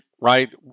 right